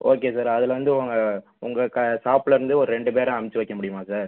okay sir அதில் வந்து உங்கள் உங்கள் க ஷாப்பிலேருந்து ஒரு ரெண்டு பேரை அனுப்பிச்சி வைக்க முடியுமா சார்